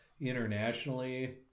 internationally